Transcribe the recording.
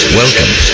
welcome